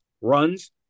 runs